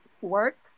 work